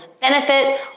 benefit